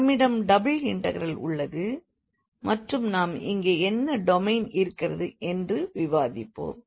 நம்மிடம் double integral உள்ளது மற்றும் நாம் இங்கே என்ன டொமைன் இருக்கிறது என்று விவாதிப்போம்